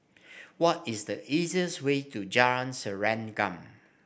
what is the easiest way to Jalan Serengam